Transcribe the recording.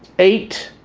eight,